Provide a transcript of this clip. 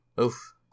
Oof